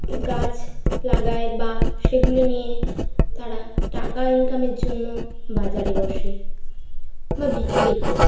গাছ লাগায় বা সেগুলো নিয়ে তারা টাকা ইনকামের জন্য বাজারে বসে বা বিক্রি করে